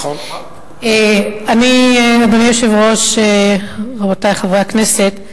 אדוני היושב-ראש, רבותי חברי הכנסת,